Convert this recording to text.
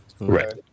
Right